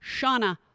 Shauna